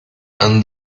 han